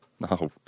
No